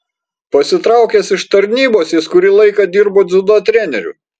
pasitraukęs iš tarnybos jis kurį laiką dirbo dziudo treneriu